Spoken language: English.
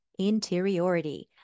interiority